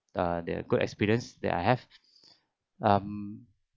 uh the good experience that I have um